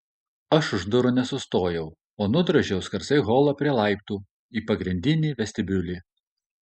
aš už durų nesustojau o nudrožiau skersai holą prie laiptų į pagrindinį vestibiulį